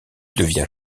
devient